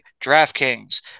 DraftKings